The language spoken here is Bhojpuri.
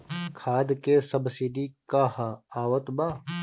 खाद के सबसिडी क हा आवत बा?